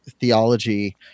theology